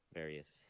various